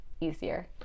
easier